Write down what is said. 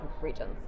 regions